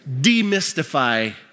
demystify